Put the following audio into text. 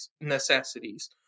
necessities